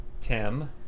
Tim